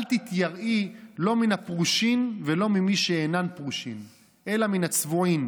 אל תתייראי לא מן הפרושין ולא ממי שאינם פרושין אלא מן הצבועין,